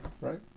right